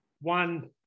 One